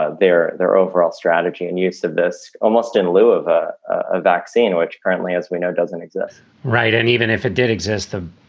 ah their their overall strategy and use of this almost in lieu of a ah vaccine, which currently, as we know, doesn't exist right and even if it did exist, the